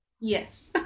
Yes